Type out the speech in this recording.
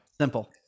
Simple